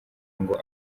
ngo